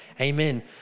Amen